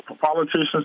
Politicians